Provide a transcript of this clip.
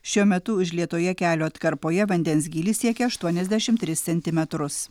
šiuo metu užlietoje kelio atkarpoje vandens gylis siekia aštuoniasdešimt tris centimetrus